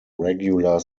regular